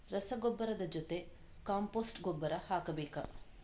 ರಸಗೊಬ್ಬರದ ಜೊತೆ ಕಾಂಪೋಸ್ಟ್ ಗೊಬ್ಬರ ಹಾಕಬೇಕಾ?